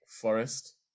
Forest